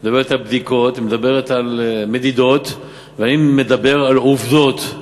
על בדיקות, על מדידות, ואני מדבר על עובדות.